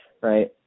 right